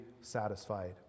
satisfied